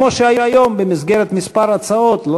כמו שהיה היום במסגרת כמה הצעות,